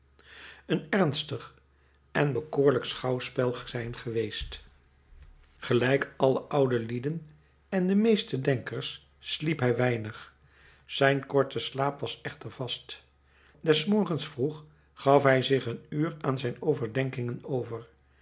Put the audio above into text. een ernstig en bekoorlijk schouwspel zijn geweest gelijk alle oude lieden en de meeste denkers sliep hij weinig zijn korte slaap was echter vast des morgens vroeg gaf hij zich een uur aan zijn overdenkingen over